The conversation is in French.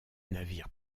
navires